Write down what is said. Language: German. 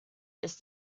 ist